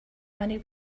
money